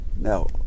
Now